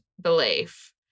belief